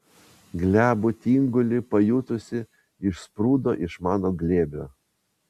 glebų tingulį pajutusi išsprūdo iš mano glėbio